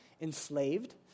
enslaved